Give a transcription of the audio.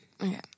Okay